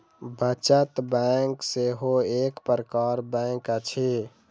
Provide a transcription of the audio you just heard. बचत बैंक सेहो एक प्रकारक बैंक अछि